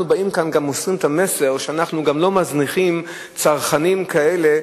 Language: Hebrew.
אנחנו באים כאן ומוסרים את המסר שאנחנו גם לא מזניחים צרכנים כאלה,